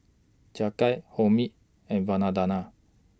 Jagat Homi and